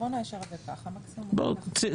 בוא נאשר את זה ככה, מקסימום אחרי זה.